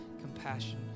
compassion